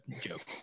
joke